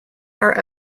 are